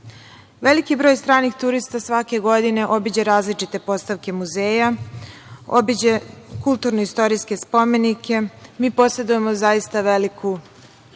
razvoj. Veliki broj stranih turista svake godine obiđe različite postavke muzeja, obiđe kulturno istorijske spomenike. Mi posedujemo zaista veliku